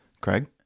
Craig